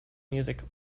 music